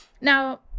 Now